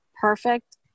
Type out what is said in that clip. perfect